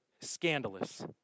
scandalous